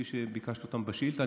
כפי שביקשת אותם בשאילתה.